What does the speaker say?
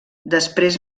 després